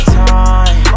time